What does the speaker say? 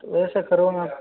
तो ऐसा करो ना